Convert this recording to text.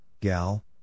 Gal